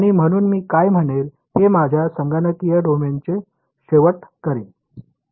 आणि म्हणून मी काय म्हणेन हे माझ्या संगणकीय डोमेनचे शेवट करीन